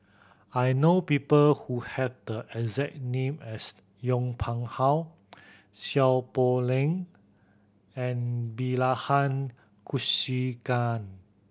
I know people who have the exact name as Yong Pung How Seow Poh Leng and Bilahari Kausikan